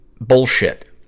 bullshit